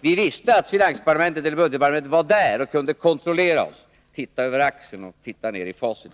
Vi visste att budgetdepartementet var där och kunde kontrollera oss, titta över axeln och titta i facit.